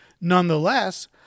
Nonetheless